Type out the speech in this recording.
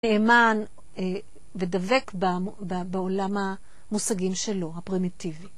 נאמן ודבק בעולם המושגים שלו, הפרימיטיבי.